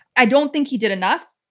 i don't think he did enough,